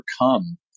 overcome